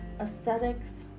aesthetics